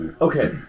okay